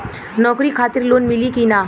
नौकरी खातिर लोन मिली की ना?